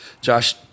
Josh